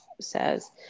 says